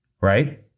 right